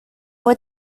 what